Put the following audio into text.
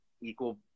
equal